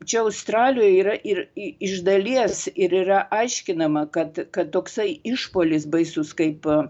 čia australijoje yra ir i iš dalies ir yra aiškinama kad kad toksai išpuolis baisus kaip